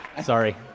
Sorry